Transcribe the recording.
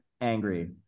angry